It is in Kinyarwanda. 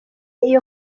iyo